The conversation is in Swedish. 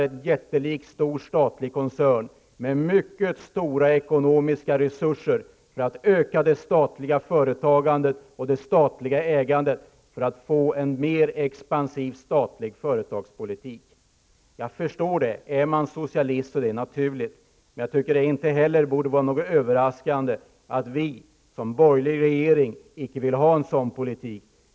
En jättelik stor statlig koncern bildas med mycket stora ekonomiska resurser, för att kunna öka det statliga företagandet och det statliga ägandet, och därmed få en mer expansiv statlig företagspolitik. Jag förstår det. Är man socialist, är det förfarandet naturligt. Men jag tycker inte heller att det borde vara överraskande att vi, som borgerlig regering, inte vill ha en sådan politik.